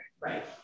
right